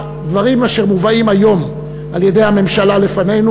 הדברים אשר מובאים היום על-ידי הממשלה לפנינו